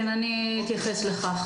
להגיע.